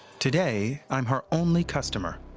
today, i'm her only customer.